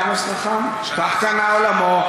עמוס חכם כך קנה עולמו,